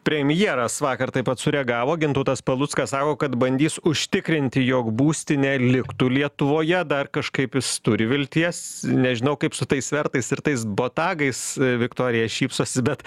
premjeras vakar taip pat sureagavo gintautas paluckas sako kad bandys užtikrinti jog būstinė liktų lietuvoje dar kažkaip jis turi vilties nežinau kaip su tais svertais ir tais botagais viktorija šypsosi bet